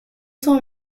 cent